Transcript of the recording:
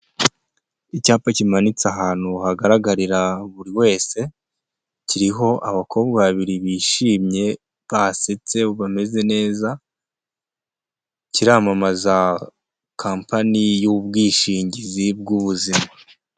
Icyapa kimanitse ahantu hagaragarira buri wese, kiriho abakobwa babiri bishimye basetse bameze neza, kiramamaza compani y'ubwishingizi bw'ubuzima.